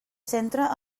centra